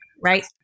right